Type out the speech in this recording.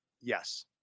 Yes